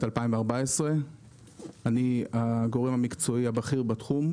2014. אני הגורם המקצועי הבכיר בתחום.